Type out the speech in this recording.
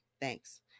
Thanks